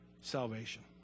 salvation